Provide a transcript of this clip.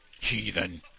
heathen